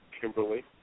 Kimberly